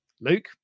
Luke